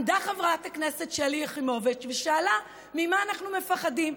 עמדה חברת הכנסת שלי יחימוביץ ושאלה ממה אנחנו מפחדים.